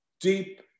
deep